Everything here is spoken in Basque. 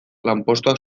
lanpostuak